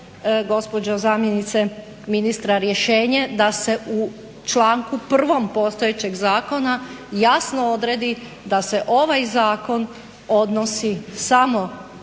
gospođo zamjenice ministra rješenje da se u članku 1. postojećeg Zakona jasno odredi da se ovaj Zakon odnosi samo